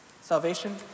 salvation